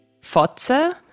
Fotze